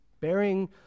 bearing